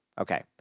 okay